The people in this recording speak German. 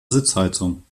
sitzheizung